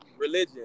religion